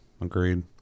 Agreed